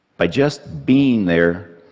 by just being there,